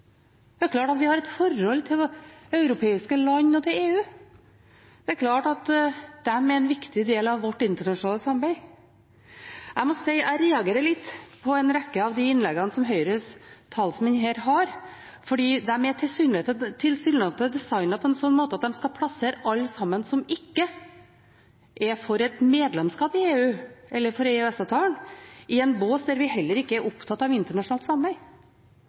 Det er klart at vi har et forhold til europeiske land og til EU. Det er klart at de er en viktig del av vårt internasjonale samarbeid. Jeg må si at jeg reagerer litt på en rekke av innleggene som Høyres talspersoner her har, for de er tilsynelatende designet på en slik måte at de skal plassere alle som ikke er for et medlemskap i EU eller for EØS-avtalen, i en bås der de heller ikke er opptatt av internasjonalt samarbeid.